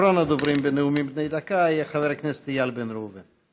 אחרון הדוברים בנאומים בני דקה יהיה חבר הכנסת איל בן ראובן.